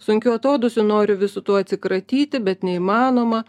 sunkiu atodūsiu noriu visu tuo atsikratyti bet neįmanoma